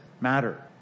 matter